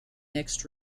mixed